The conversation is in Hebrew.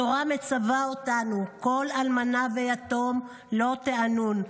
התורה מצווה אותנו: "כל אלמנה ויתום לא תענון".